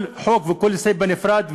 כל חוק וכל סעיף בנפרד,